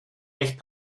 recht